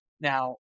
Now